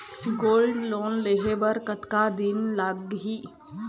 Gold loan लेहे बर कतका दिन लगही?